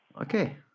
Okay